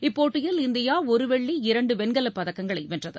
இப்போட்டியில் இந்தியாஒருவெள்ளி இரண்டுவெண்கலப் பதக்கங்களைவென்றது